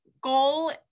goal